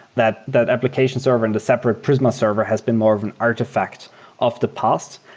that that application server and the separate prisma server has been more of an artifact of the past,